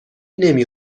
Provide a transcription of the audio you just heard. نمی